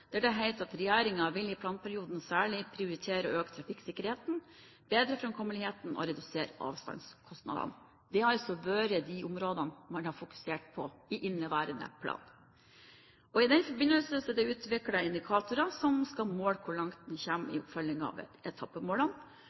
der det heter at «Regjeringen vil i planperioden særlig prioritere å øke trafikksikkerheten, forbedre framkommeligheten og redusere avstandskostnadene.» Det har altså vært de områdene man har fokusert på i inneværende plan. I den forbindelse er det utviklet indikatorer som skal måle hvor langt en kommer i oppfølgingen av etappemålene. For å illustrere hva som forventes oppnådd med den